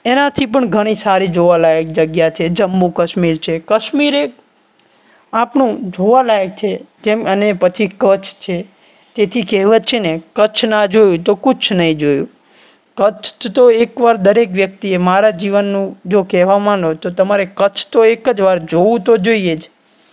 એનાથી પણ ઘણી સારી જોવાલાયક જગ્યા છે જમ્મુ કશ્મીર છે કશ્મીર એ આપણું જોવાલાયક છે જેમ એને પછી કચ્છ છે તેથી કહેવત છે ને કચ્છ ના જોયું તો કુછ નહીં જોયુ કચ્છ તો એક વાર દરેક વ્યક્તિએ મારા જીવનનું જો કહેવા માનો તો તમારે કચ્છ તો એક જ વાર જોવું તો જોઈએ જ